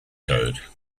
code